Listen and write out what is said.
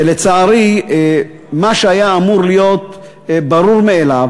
וצריך למצוא תחליף הולם לדבר הזה